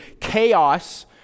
chaos